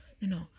No